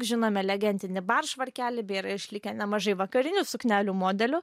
žinome legendinį bar švarkelį beje yra išlikę nemažai vakarinių suknelių modelių